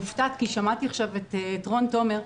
כי שמעתי עכשיו את רון תומר,